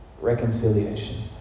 reconciliation